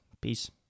Peace